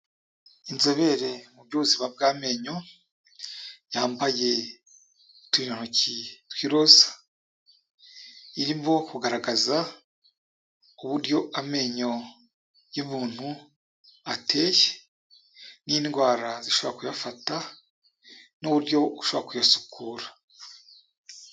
Inzobere mu by'ubuzima bw'amenyo, yambaye uturindantoki tw'iroza, irimo kugaragaza uburyo amenyo y'ubuntu ateye n'indwara zishobora kuyafata n'uburyo ushobora kuyasukura.